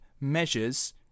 measures